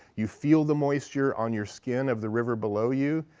you feel the moisture on your skin of the river below you.